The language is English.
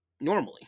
normally